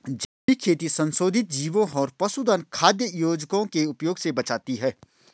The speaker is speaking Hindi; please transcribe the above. जैविक खेती संशोधित जीवों और पशुधन खाद्य योजकों के उपयोग से बचाती है